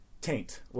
Taint